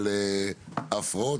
על הפרעות,